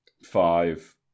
five